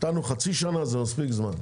נתנו חצי שנה, זה מספיק זמן.